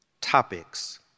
topics